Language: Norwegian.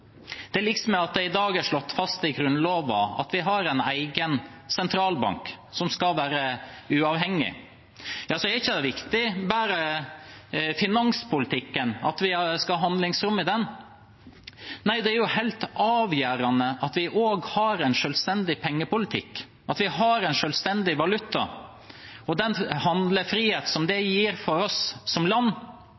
det blir slått fast i Grunnloven, til liks med at det i dag er slått fast i Grunnloven at vi har en egen sentralbank, som skal være uavhengig. Det er ikke viktig bare i finanspolitikken, at vi skal ha handlingsrom i den, nei, det er helt avgjørende at vi også har en selvstendig pengepolitikk, at vi har en selvstendig valuta. Den handlefriheten det gir for oss som